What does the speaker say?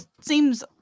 seems